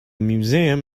museum